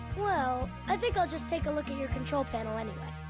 well, i think i'll just take a look at your control panel anyway.